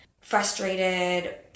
frustrated